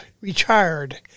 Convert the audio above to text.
retired